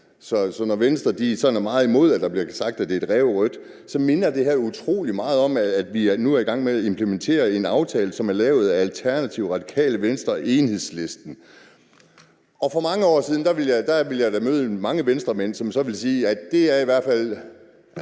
Så når Venstre er sådan meget imod det og der bliver sagt, at det er ræverødt, så minder det her utrolig meget om, at vi nu er i gang med at implementere en aftale, som er lavet af Alternativet, Radikale Venstre og Enhedslisten. For mange år siden ville jeg møde mange Venstremænd, som så ville sige, at de partier i hvert fald